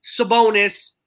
Sabonis